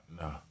no